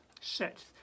set